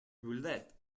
roulette